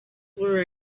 were